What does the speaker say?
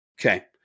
okay